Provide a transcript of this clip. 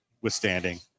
withstanding